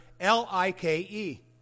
L-I-K-E